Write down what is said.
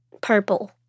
purple